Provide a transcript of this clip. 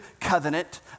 covenant